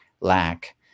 lack